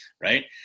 right